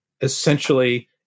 essentially